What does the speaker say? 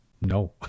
no